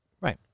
Right